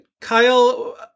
kyle